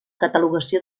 catalogació